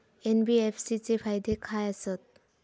NBFC चे फायदे खाय आसत?